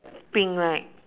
pink right